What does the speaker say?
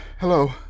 Hello